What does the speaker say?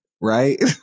right